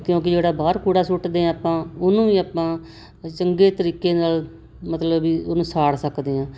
ਕਿਉਂਕਿ ਜਿਹੜਾ ਬਾਹਰ ਕੂੜਾ ਸੁੱਟਦੇ ਆਪਾਂ ਉਹਨੂੰ ਵੀ ਆਪਾਂ ਚੰਗੇ ਤਰੀਕੇ ਨਾਲ ਮਤਲਬ ਵੀ ਉਹਨੂੰ ਸਾੜ ਸਕਦੇ ਹਾਂ